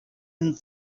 and